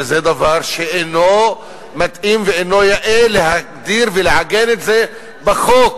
שזה דבר שאינו מתאים ולא יאה להגדיר ולעגן בחוק.